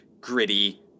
gritty